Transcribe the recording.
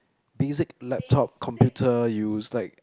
basic laptop computer use like